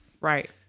Right